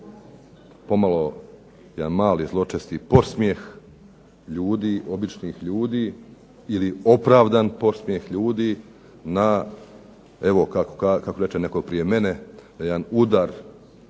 pomalo, jedan mali zločesti podsmijeh ljudi, običnih ljudi ili opravdan podsmijeh ljudi na evo kako reče netko prije mene na jedan udar